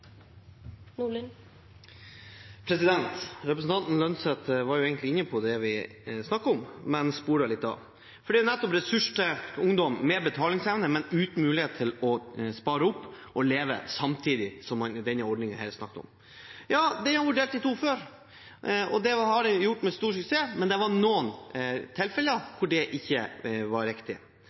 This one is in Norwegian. Representanten Holm Lønseth var egentlig inne på det vi snakker om, men sporet litt av. For det er nettopp ressurssterk ungdom med betalingsevne, men uten mulighet til å spare opp og leve samtidig, som det i denne ordningen er snakk om. Ja, den har vært delt i to før, og det har vært gjort med stor suksess, men det var noen tilfeller hvor det ikke var riktig.